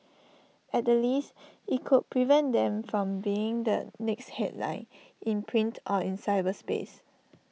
at the least IT could prevent them from being the next headline in print or in cyberspace